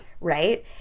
right